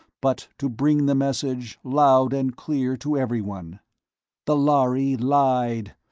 but to bring the message, loud and clear, to everyone the lhari lied!